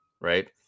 right